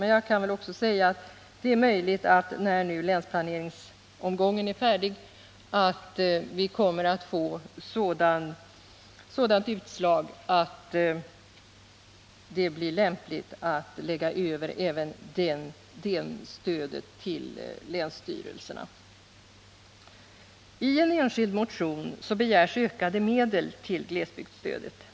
Men jag kan väl också säga att det är möjligt att, när länsplaneringsomgången är färdig, utslaget blir sådant att det är lämpligt att lägga över även detta stöd på länsstyrelserna. Ten enskild motion begärs ökade medel till glesbygdsstödet.